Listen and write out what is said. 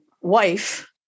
wife